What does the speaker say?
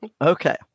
Okay